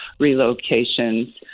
relocations